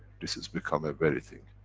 this is become a very thing,